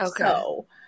Okay